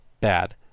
bad